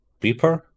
Beeper